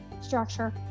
structure